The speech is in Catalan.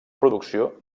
producció